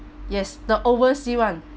yes the oversea one